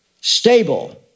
stable